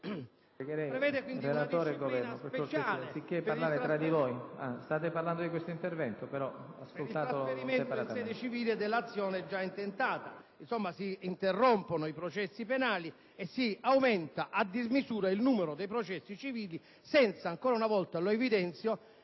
*(PD)*. ...una disciplina speciale per il trasferimento in sede civile dell'azione giù intentata. Insomma, si interrompono i processi penali e si aumenta a dismisura il numero dei processi civili senza - lo evidenzio